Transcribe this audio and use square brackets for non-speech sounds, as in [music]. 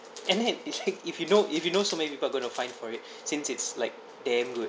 and then [laughs] if you know if you know so many people are going to find for it [breath] since it's like damn good